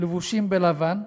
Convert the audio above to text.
לבושים בלבן,